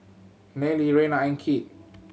Nayely Reyna and Kit